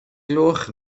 gloch